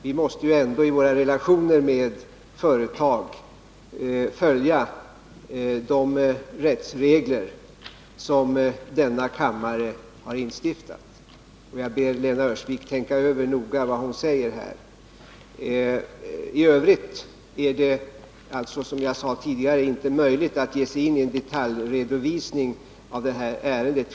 Vi måste ju ändå i våra relationer med företag följa de rättsregler som denna kammare har instiftat. Jag ber Lena Öhrsvik tänka över noga vad hon säger här. I övrigt är det, som jag sade tidigare, inte möjligt att ge sig in i en detaljredovisning av detta ärende.